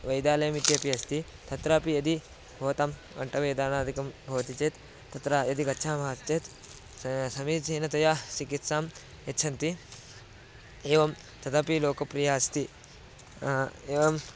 वैद्यालयमिति अपि अस्ति तत्रापि यदि भवतां कण्ठवेदानादिकं भवति चेत् तत्र यदि गच्छामः चेत् समीचीनतया चिकित्सां यच्छन्ति एवं तदपि लोकप्रियम् अस्ति एवम्